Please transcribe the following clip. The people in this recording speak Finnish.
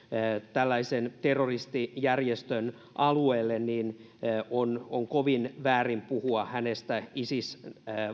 tällaisen terroristijärjestön alueelle niin on on kovin väärin puhua hänestä isis